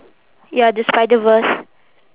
ya the spider-verse